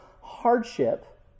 hardship